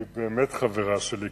באמת חברה שלי.